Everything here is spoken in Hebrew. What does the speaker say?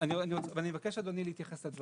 אני מבין, אדוני, להתייחס לדברים.